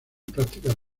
prácticas